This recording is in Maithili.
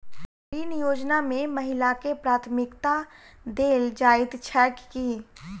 ऋण योजना मे महिलाकेँ प्राथमिकता देल जाइत छैक की?